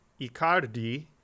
Icardi